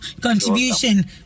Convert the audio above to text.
contribution